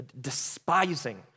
despising